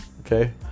Okay